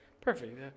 Perfect